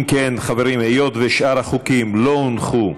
אם כן, חברים, היות ששאר החוקים לא הונחו,